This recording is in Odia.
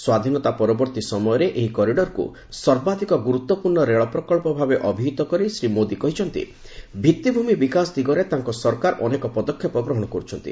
ସ୍ୱାଧୀନତା ପରବର୍ତ୍ତୀ ସମୟରେ ଏହି କରିଡ଼ରକୁ ସର୍ବାଧିକ ଗୁରୁତ୍ୱପୂର୍ଣ୍ଣ ରେଳ ପ୍ରକଳ୍ପ ଭାବେ ଅବିହିତ କରି ଶ୍ରୀ ମୋଦୀ କହିଛନ୍ତି ଭିଭିଭୂମି ବିକାଶ ଦିଗରେ ତାଙ୍କ ସରକାର ଅନେକ ପଦକ୍ଷେପ ଗ୍ରହଣ କରୁଛନ୍ତି